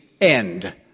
end